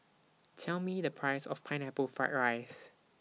Tell Me The Price of Pineapple Fried Rice